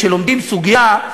כשלומדים סוגיה,